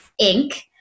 Inc